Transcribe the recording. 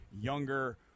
younger